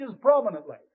prominently